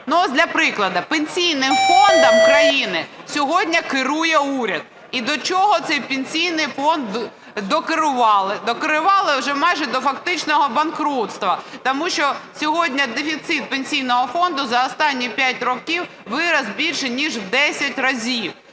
Ось для прикладу, Пенсійним фондом країни сьогодні керує уряд. І до чого цей Пенсійний фонд докерували? Докерували вже майже до фактичного банкрутства, тому що сьогодні дефіцит Пенсійного фонду за останні 5 років виріс більше ніж у десять разів,